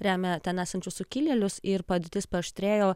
remia ten esančius sukilėlius ir padėtis paaštrėjo